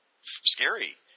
scary